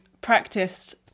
practiced